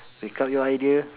wake up your idea